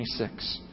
26